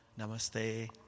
Namaste